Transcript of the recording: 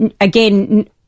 again